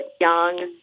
young